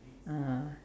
ah